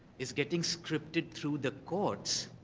it's getting scripted through the courts,